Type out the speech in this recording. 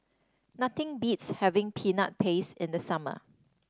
nothing beats having Peanut Paste in the summer